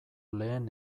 lehen